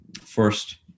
first